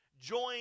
join